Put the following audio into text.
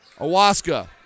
Awaska